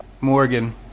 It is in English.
Morgan